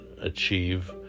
achieve